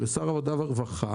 לשר העבודה והרווחה,